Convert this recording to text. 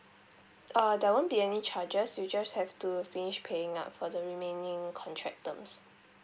ah there won't be any charges you just have to finish paying up for the remaining contract terms